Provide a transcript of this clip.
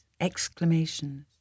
exclamations